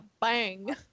bang